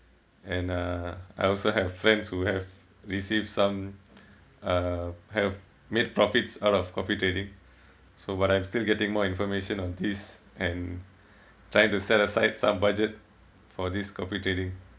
and uh I also have friends who have received some uh have made profits out of copy trading so while I'm still getting more information on this and trying to set aside some budget for this copy trading